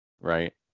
right